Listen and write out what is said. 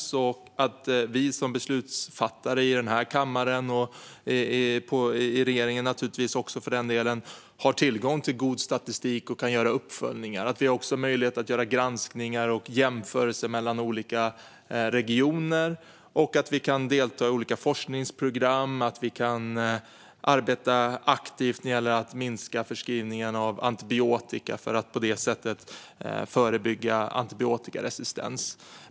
Det är också viktigt att både vi beslutsfattare i denna kammare och regeringen har tillgång till god statistik för att kunna göra uppföljningar, granskningar och jämförelser mellan olika regioner. Dessutom är det viktigt att kunna delta i olika forskningsprogram och att arbeta aktivt med att minska förskrivningen av antibiotika för att förebygga antibiotikaresistens.